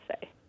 say